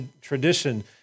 tradition